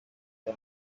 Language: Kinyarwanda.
bwa